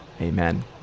Amen